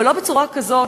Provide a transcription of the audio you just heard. אבל לא בצורה כזאת,